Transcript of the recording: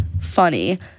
funny